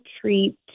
treat